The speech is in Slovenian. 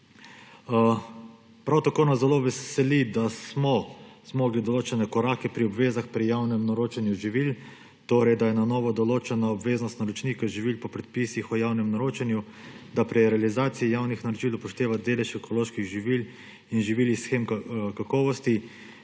tako nas zelo veseli, da smo zmogli določene korake pri obvezah pri javnem naročanju živil, torej da je na novo določena obveznost naročnika živil po predpisih o javnem naročanju, da se pri realizaciji javnih naročil upošteva delež ekoloških živil in živil iz shem kakovosti,